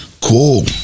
Cool